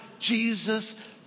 Jesus